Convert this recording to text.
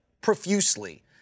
profusely